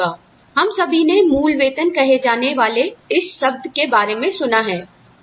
हम सभी ने मूल वेतन कहे जाने वाले इस शब्द के बारे में सुना है